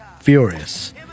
furious